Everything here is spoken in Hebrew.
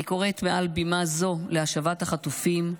אני קוראת מעל בימה זו להשבת החטופים,